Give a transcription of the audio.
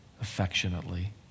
affectionately